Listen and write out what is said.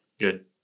Good